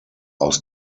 aus